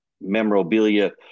memorabilia